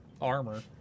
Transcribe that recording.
armor